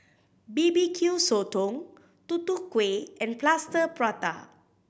B B Q Sotong Tutu Kueh and Plaster Prata